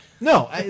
No